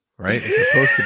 Right